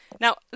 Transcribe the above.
Now